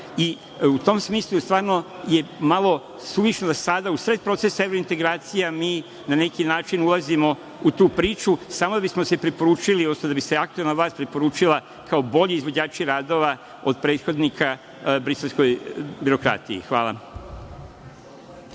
tom smislu je malo suvišno da sada u sred procesa evrointegracija mi na neki način ulazimo u tu priču, samo bismo se preporučili, odnosno da bi se aktuelna vlast preporučila kao bolji izvođači radova od prethodnika briselskoj birokratiji. Hvala.